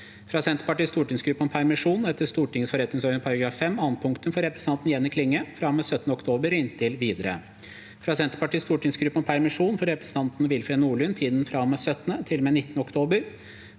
fra Senterpartiets stortingsgruppe om permisjon etter Stortingets forretningsorden § 5 annet punktum for representanten Jenny Klinge fra og med 17. oktober og inntil videre – fra Senterpartiets stortingsgruppe om permisjon for representanten Willfred Nordlund i tiden fra og med 17. til og med 19. oktober